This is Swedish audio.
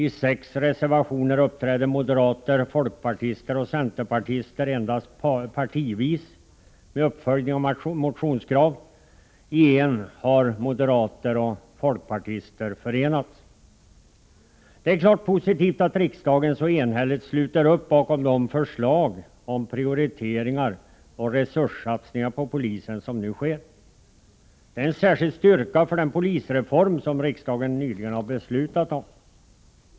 I sex reservationer uppträder moderater, folkpartister och centerpartister endast partivis med uppföljningar av motionskrav. I en reservation har moderater och folkpartister förenats. Det är klart positivt att riksdagen så enhälligt sluter upp bakom de förslag till prioriteringar och resurssatsningar på polisen som nu sker. Det är en särskild styrka för den polisreform som riksdagen nyligen beslutat om.